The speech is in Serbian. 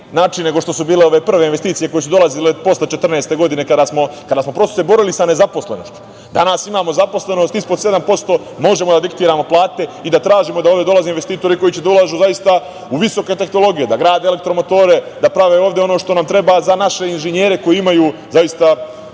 način nego što su bile ove prve investicije koje su dolazile posle 2014. godine kada smo se prosto borili sa nezaposlenošću. Danas imamo zaposlenost ispod 7%, možemo da diktiramo plate i da tražimo da ovde dolaze investitori koji će da ulažu zaista u visoke tehnologije, da grade elektromotore, da prave ovde ono što nam treba za naše inženjere koji imaju, zaista, sve